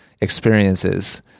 experiences